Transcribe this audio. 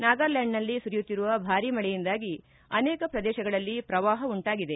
ನಾಗಾಲ್ಲಾಂಡ್ನಲ್ಲಿ ಸುರಿಯುತ್ತಿರುವ ಭಾರಿ ಮಳೆಯಿಂದಾಗಿ ಅನೇಕ ಪ್ರದೇಶಗಳಲ್ಲಿ ಪ್ರವಾಹ ಉಂಟಾಗಿದೆ